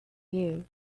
you